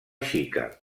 xica